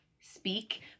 speak